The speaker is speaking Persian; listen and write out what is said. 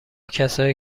کسایی